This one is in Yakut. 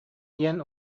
диэн